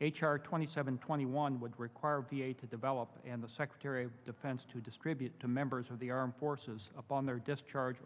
h r twenty seven twenty one would require v a to develop and the secretary of defense to distribute to members of the armed forces upon their discharge